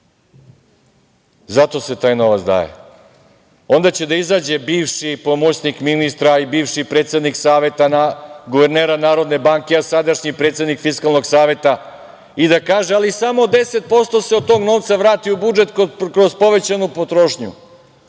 Zato se taj novac daje. Onda će da izađe bivši pomoćnik ministra i bivši predsednik Saveta guvernera Narodne banke a sadašnji predsednik Fiskalnog saveta i da kaže – ali samo 10% se od tog novca vrati u budžet kroz povećanu potrošnju.